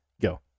go